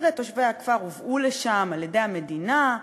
הרי תושבי הכפר הובאו לשם על-ידי המדינה.